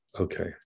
Okay